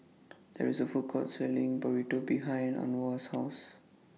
There IS A Food Court Selling Burrito behind Anwar's House